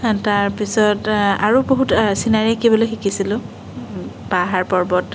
তাৰপিছত আৰু বহুত চিনাৰী আকিবলৈ শিকিছিলোঁ পাহাৰ পৰ্বত